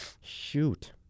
Shoot